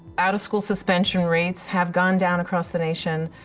out of school suspension rates have gone down across the nation,